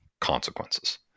consequences